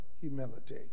humility